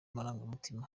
amarangamutima